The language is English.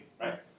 right